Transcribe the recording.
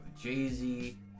Jay-Z